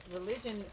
religion